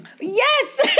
Yes